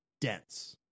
dense